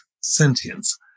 sentience